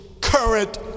current